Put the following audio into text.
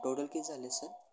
total किती झाले sir